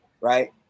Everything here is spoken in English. Right